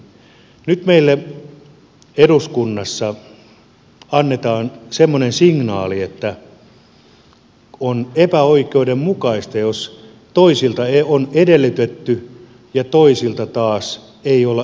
nyt meille eduskunnassa annetaan semmoinen signaali että on epäoikeudenmukaista jos toisilta on edellytetty ja toisilta taas ei olla edellyttämässä